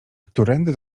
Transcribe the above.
którędy